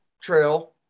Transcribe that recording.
trail